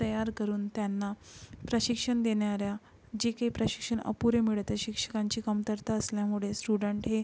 तयार करून त्यांना प्रशिक्षण देणाऱ्या जे काही प्रशिक्षण अपुरे मिळत आहे शिक्षकांची कमतरता असल्यामुळे स्टुडन्ट हे